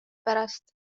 pärast